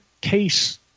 case